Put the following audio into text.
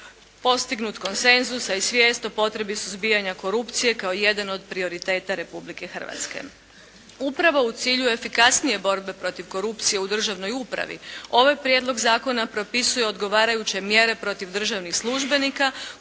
postignut konsenzus a i svijest o potrebi suzbijanja korupcije kao jedan od prioriteta Republike Hrvatske. Upravo u cilju efikasnije borbe protiv korupcije u državnoj upravi ovaj prijedlog zakona propisuje odgovarajuće mjere protiv državnih službenika